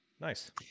Nice